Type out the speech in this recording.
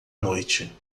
noite